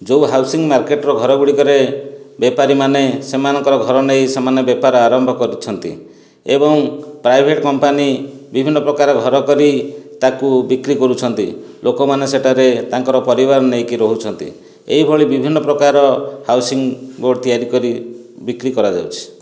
ଯେଉଁ ହାଉସିଂ ମାର୍କେଟର ଘର ଗୁଡ଼ିକରେ ବେପାରୀ ମାନେ ସେମାନଙ୍କର ଘର ନେଇ ସେମାନେ ବେପାର ଆରମ୍ଭ କରିଛନ୍ତି ଏବଂ ପ୍ରାଇଭେଟ କମ୍ପାନୀ ବିଭିନ୍ନ ପ୍ରକାର ଘର କରି ତାକୁ ବିକ୍ରି କରୁଛନ୍ତି ଲୋକମାନେ ସେଠାରେ ତାଙ୍କର ପରିବାର ନେଇକି ରହୁଛନ୍ତି ଏଇଭଳି ବିଭିନ୍ନ ପ୍ରକାର ହାଉସିଂ ବୋର୍ଡ଼ ତିଆରି କରି ବିକ୍ରି କରାଯାଉଛି